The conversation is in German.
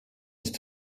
ist